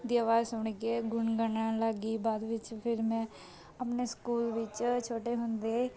ਦੀ ਆਵਾਜ਼ ਸੁਣ ਕੇ ਗੁਣ ਗਣਾਉਣ ਲੱਗ ਗਈ ਬਾਅਦ ਵਿੱਚ ਫਿਰ ਮੈਂ ਆਪਣੇ ਸਕੂਲ ਵਿੱਚ ਛੋਟੇ ਹੁੰਦੇ